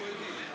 אנחנו יודעים.